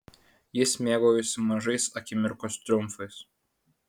jis mėgaujasi mažais akimirkos triumfais